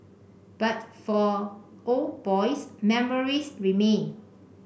but for old boys memories remain